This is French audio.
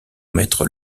maître